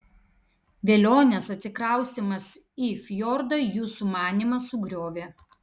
velionės atsikraustymas į fjordą jų sumanymą sugriovė